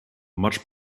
much